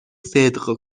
صدق